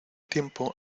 tiempo